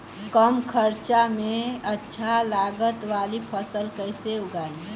कम खर्चा में अच्छा लागत वाली फसल कैसे उगाई?